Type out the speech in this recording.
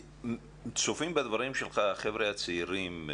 צופים בדברים שלך החבר'ה הצעירים.